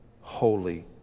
holy